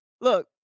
look